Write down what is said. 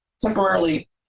temporarily